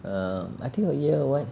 err I think a year or what